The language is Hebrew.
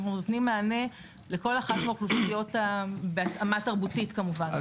אנחנו נותנים מענה לכל אחת מהאוכלוסיות בהתאמה תרבותית כמובן.